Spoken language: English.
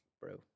bro